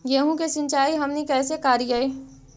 गेहूं के सिंचाई हमनि कैसे कारियय?